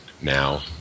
now